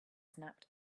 snapped